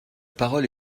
parole